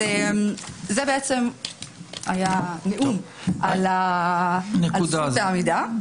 זה היה נאום על זכות העמידה.